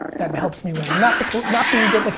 that helps me win and not the, not being good, like